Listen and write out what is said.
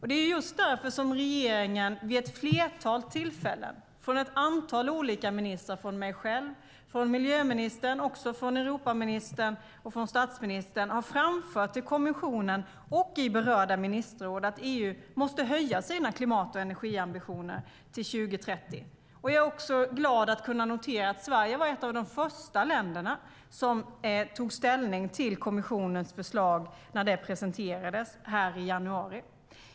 Det är därför regeringen och ett antal ministrar - jag själv, miljöministern, Europaministern och statsministern - vid ett flertal tillfällen framfört till kommissionen och i berörda ministerråd att EU måste höja sina klimat och energiambitioner till 2030. Jag är glad att kunna notera att Sverige var ett av de första länderna som tog ställning till kommissionens förslag när det presenterades i januari.